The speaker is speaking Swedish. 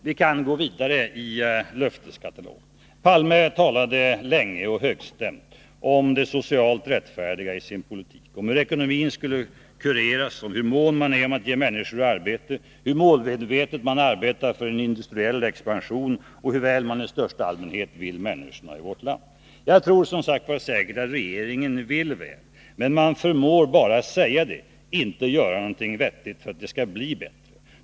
Man kan gå vidare i löfteskatalogen: Olof Palme talade länge och högstämt om det socialt rättfärdiga i sin politik, om hur ekonomin skulle kureras, om hur mån man är om att ge människor arbete, om hur målmedvetet man arbetar för en industriell expansion och om hur väl man i största allmänhet vill människorna i vårt land. Jag tror som sagt att regeringen vill väl, men socialdemokraterna förmår bara att säga det, inte att göra någonting vettigt för att det skall bli bättre.